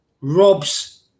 robs